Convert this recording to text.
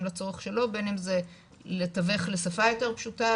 לצורך שלו בין אם זה לתווך לשפה יותר פשוטה,